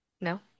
No